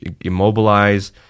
immobilize